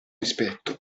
rispetto